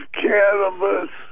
cannabis